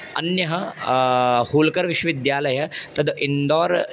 अन्यः होल्कर् विश्वविद्यालयः तद् इन्दोर्